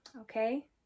Okay